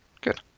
Good